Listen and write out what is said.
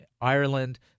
Ireland